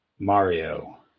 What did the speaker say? mario